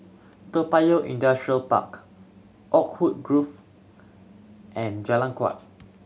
Toa Payoh Industrial Park Oakwood Grove and Jalan Kuak